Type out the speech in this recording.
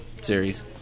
series